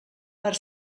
per